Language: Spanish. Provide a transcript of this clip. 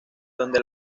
donde